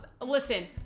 listen